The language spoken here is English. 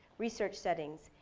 research settings,